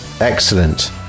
excellent